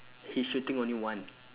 he shooting only one